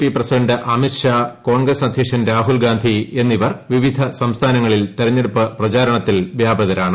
P president Amit Shah Congress അദ്ധ്യക്ഷൻ രാഹുൽഗാന്ധി എന്നിവർ വിവിധ സംസ്ഥാനങ്ങളിൽ തെരഞ്ഞെടുപ്പ് പ്രചാരണത്തിൽ വ്യാപൃതരാണ്